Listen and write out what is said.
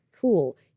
cool